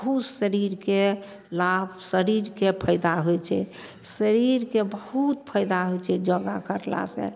बहुत शरीरके लाभ शरीरके फायदा होइ छै शरीरके बहुत फायदा होइ छै योगा करलासँ